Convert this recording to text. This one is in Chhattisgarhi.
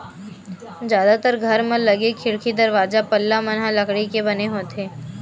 जादातर घर म लगे खिड़की, दरवाजा, पल्ला मन ह लकड़ी के बने होथे